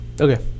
Okay